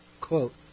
quote